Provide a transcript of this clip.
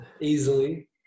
easily